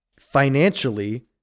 Financially